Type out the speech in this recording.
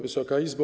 Wysoka Izbo!